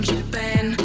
Japan